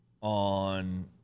on